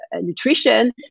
nutrition